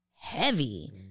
heavy